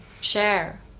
share